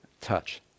touch